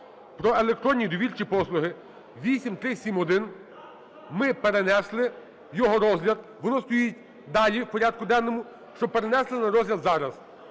про електронні довірчі послуги (8371), ми перенесли його розгляд, він стоїть далі в прядку денному, щоб перенесли на розгляд зараз.